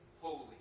holy